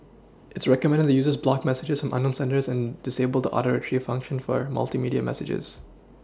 its recommended that users block messages from unknown senders and disable the Auto Retrieve function for a multimedia messages